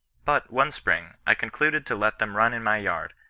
but, one spring, i concluded to let them run in my yard,